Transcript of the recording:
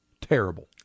terrible